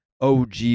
OG